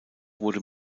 wurde